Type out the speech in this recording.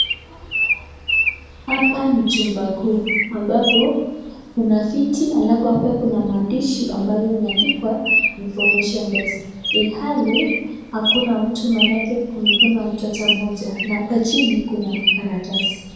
Hapa ni chumba kuu, ambapo kuna viti alafu hapa kuna maandishi ambayo yameandikwa information desk . Ilhali hakuna mtu, maanake kumekuwa na mtoto mmoja, na hapa chini kuna karatasi.